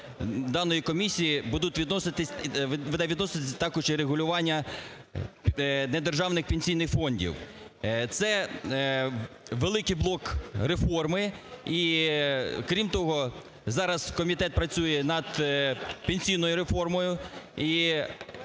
даної комісії буде відноситись також і регулювання недержавних пенсійних фондів. Це великий блок реформи. І крім того, зараз комітет працює над пенсійною реформою.